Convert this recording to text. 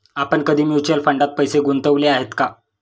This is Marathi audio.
आपण कधी म्युच्युअल फंडात पैसे गुंतवले आहेत का?